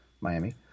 Miami